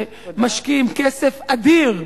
שמשקיעים כסף אדיר,